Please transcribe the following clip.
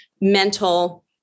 mental